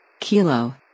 Kilo